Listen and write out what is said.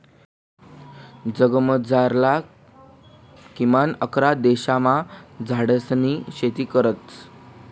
जगमझारला किमान अकरा प्रदेशमा झाडेसनी शेती करतस